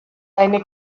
eine